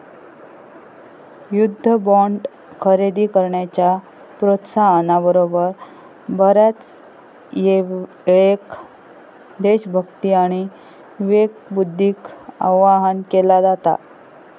युद्ध बॉण्ड खरेदी करण्याच्या प्रोत्साहना बरोबर, बऱ्याचयेळेक देशभक्ती आणि विवेकबुद्धीक आवाहन केला जाता